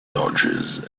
dodges